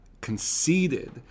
conceded